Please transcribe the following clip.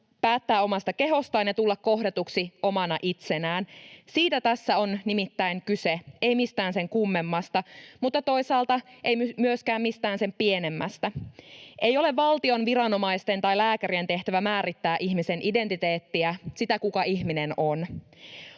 päättää omasta kehostaan ja tulla kohdatuksi omana itsenään. Nimittäin siitä tässä on kyse, ei mistään sen kummemmasta, mutta toisaalta ei myöskään mistään sen pienemmästä. Ei ole valtion, viranomaisten tai lääkärien tehtävä määrittää ihmisen identiteettiä, sitä, kuka ihminen on.